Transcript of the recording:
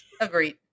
Agreed